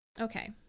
okay